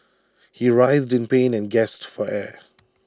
he writhed in pain and gasped for air